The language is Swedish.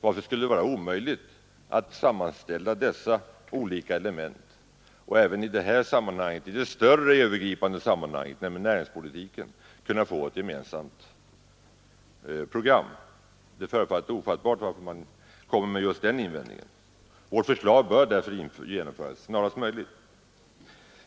Varför skulle det då vara omöjligt att sammanställa dessa olika delar av politiken och även i det större övergripande sammanhanget, nämligen när det gäller näringslivet, kunna få ett gemensamt program. Det förefaller ofattbart att man kommer med just den invändningen. Vårt förslag bör därför genomföras snarast möjligt.